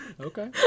Okay